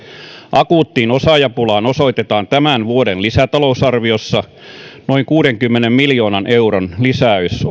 akuuttiin osaajapulaan osoitetaan tämän vuoden lisätalousarviossa osaavan työvoiman saatavuuden parantamiseksi noin kuudenkymmenen miljoonan euron lisäys